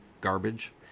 garbage